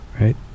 Right